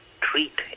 treat